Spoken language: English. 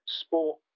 sport